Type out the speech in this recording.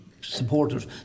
supporters